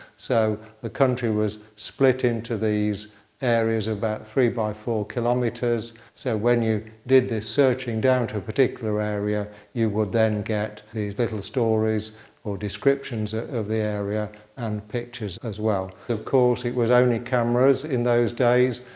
so the country was split into these areas of about three by four kilometres so when you did this searching down to a particular area you would then get these little stories or descriptions of the area and the pictures as well. of course, it was only cameras in those days.